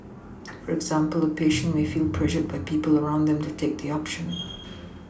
for example a patient may feel pressured by people around them to take the option